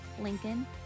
lincoln